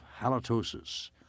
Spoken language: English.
halitosis